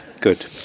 Good